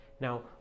Now